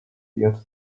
yet